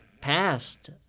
passed